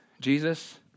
Jesus